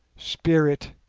spirit,